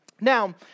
Now